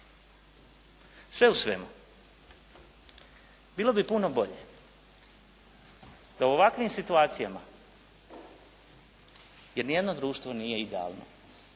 Sve u svemu, bilo bi puno bolje da u ovakvim situacijama, jer ni jedno društvo nije idealno,